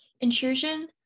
Intrusion